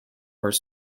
were